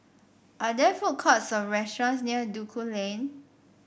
are there food courts or restaurants near Duku Lane